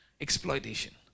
Exploitation